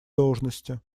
должности